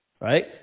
Right